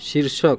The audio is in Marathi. शिर्षक